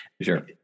Sure